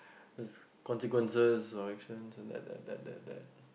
there's consequences of our actions and that that that that